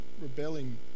rebelling